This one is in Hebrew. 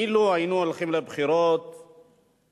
אילו היינו הולכים לבחירות בספטמבר,